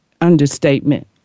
understatement